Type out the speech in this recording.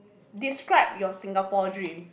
describe your Singapore dream